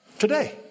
Today